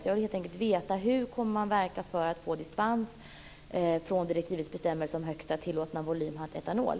Jag vill helt enkelt veta hur socialdemokraterna kommer att verka för att få dispens från direktivets bestämmelse om högsta tillåtna volymhalt etanol.